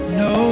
no